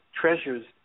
treasures